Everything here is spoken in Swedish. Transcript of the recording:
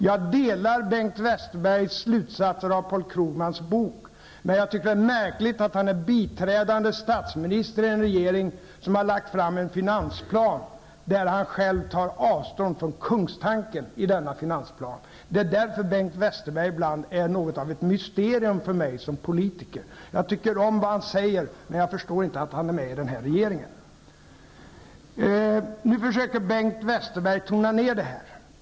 Jag instämmer i Bengt Krugmans bok. Men jag tycker att det är märkligt att Bengt Westerberg är biträdande statsminister i en regering som har lagt fram en finansplan, vars kungstanke han själv tar avstånd från. Det är därför som jag säger att Bengt Westerberg ibland för mig är något av ett mysterium som politiker. Jag tycker om det som han säger. Men jag förstår inte att han är med i den här regeringen. Nu försöker Bengt Westerberg tona ned det hela.